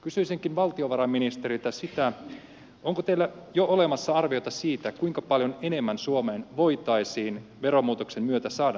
kysyisinkin valtiovarainministeriltä sitä onko teillä jo olemassa arvioita siitä kuinka paljon enemmän suomeen voitaisiin veromuutoksen myötä saada näitä investointeja